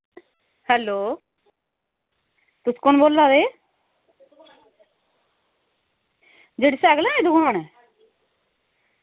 hello तुस कु'न बोला दे जेह्ड़ी सैकलें आह्ली दकान ऐ